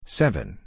seven